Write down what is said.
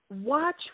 watch